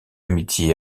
amitié